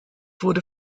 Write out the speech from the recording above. wurde